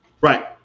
Right